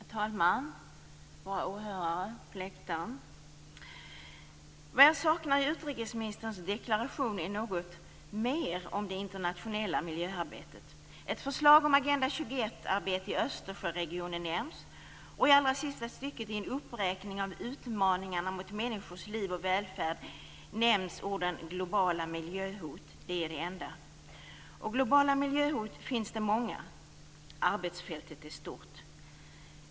Herr talman! Åhörare på läktaren! Vad jag saknar i utrikesministerns deklaration är något mer om det internationella miljöarbetet. Ett förslag om Agenda 21-arbete i Östersjöregionen nämns. I allra sista stycket i en uppräkning av utmaningarna mot människors liv och välfärd nämns orden "globala miljöhot", det är det enda. Det finns många globala miljöhot. Arbetsfältet är stort.